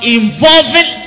involving